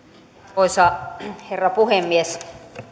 arvoisa herra puhemies